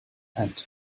and